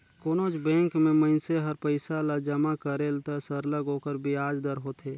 कोनोच बंेक में मइनसे हर पइसा ल जमा करेल त सरलग ओकर बियाज दर होथे